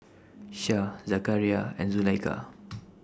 Syah Zakaria and Zulaikha